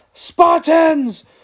Spartans